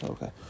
Okay